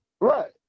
Right